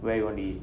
where you want eat